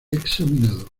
examinado